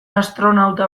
astronauta